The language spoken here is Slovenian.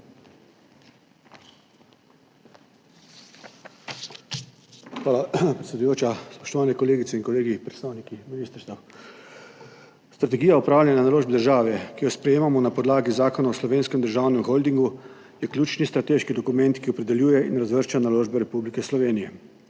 Hvala, predsedujoča. Spoštovane kolegice in kolegi, predstavniki ministrstev! Strategija upravljanja naložb države, ki jo sprejemamo na podlagi Zakona o Slovenskem državnem holdingu, je ključni strateški dokument, ki opredeljuje in razvršča naložbe Republike Slovenije.